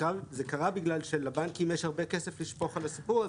זה קרה בגלל שלבנקים יש הרבה כסף לשפוך על הסיפור הזה.